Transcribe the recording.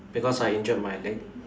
because I injured my leg